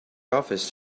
office